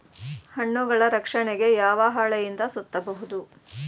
ಹಣ್ಣುಗಳ ರಕ್ಷಣೆಗೆ ಯಾವ ಹಾಳೆಯಿಂದ ಸುತ್ತಬಹುದು?